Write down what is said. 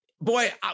boy